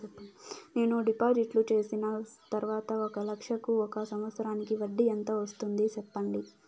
నేను డిపాజిట్లు చేసిన తర్వాత ఒక లక్ష కు ఒక సంవత్సరానికి వడ్డీ ఎంత వస్తుంది? సెప్పండి?